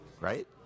right